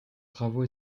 travaux